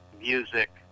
music